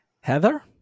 Heather